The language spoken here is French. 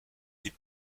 des